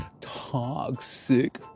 toxic